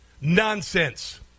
Nonsense